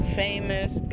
famous